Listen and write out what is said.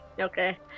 Okay